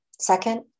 Second